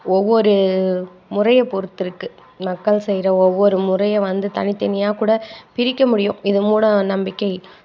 ஓவ்வொரு முறையை பொறுத்து இருக்குது மக்கள் செய்கிற ஒவ்வொரு முறையை வந்து தனி தனியாக கூட பிரிக்க முடியும் இது மூட நம்பிக்கை